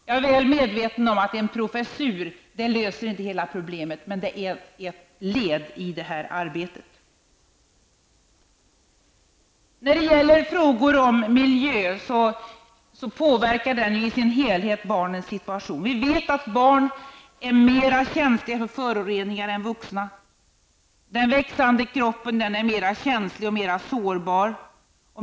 Jag är väl medveten om att en professur inte löser hela problemet, men den är ett led i detta arbete. Miljön påverkar barnens hela situation. Vi vet att barn är mera känsliga för föroreningar än vuxna. Den växande kroppen är mera känslig och mera sårbar.